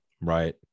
right